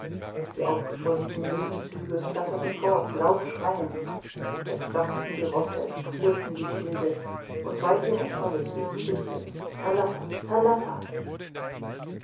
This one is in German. die aufgescheuchten möwenzüge flatterten fort lautschreiend es stampften die rosse es klirrten die schilde und weithin erscholl es wie siegesruf